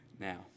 Now